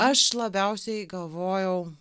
aš labiausiai galvojau